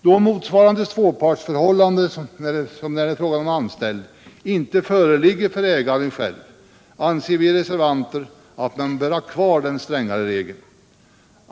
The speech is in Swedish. Då motsvarande tvåpartsförhållande som när det är fråga om anställd inte föreligger för ägaren själv, anser vi reservanter att man bör ha kvar den strängare regeln.